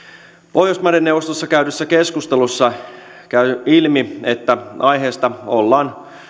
pohjoismaiden neuvostossa käydyssä keskustelussa on käynyt ilmi että aiheesta ollaan